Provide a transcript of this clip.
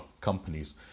companies